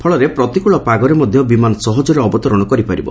ଫଳରେ ପ୍ରତିକଳ ପାଗରେ ମଧ ବିମାନ ସହଜରେ ଅବତରଣ କରିପାରିବ